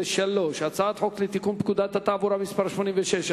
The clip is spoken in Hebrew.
הצעת חוק לתיקון פקודת התעבורה (מס' 86),